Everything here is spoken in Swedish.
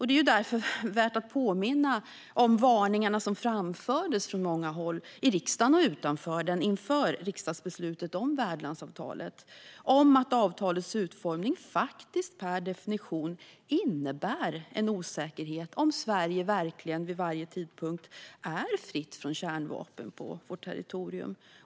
Det är värt att påminna om varningarna som framfördes från många håll i riksdagen och utanför den inför riksdagsbeslutet om värdlandsavtalet om att avtalets utformning faktiskt per definition innebär en osäkerhet om Sverige verkligen vid varje tidpunkt är fritt från kärnvapen på vårt territorium.